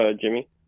Jimmy